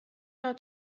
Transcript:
how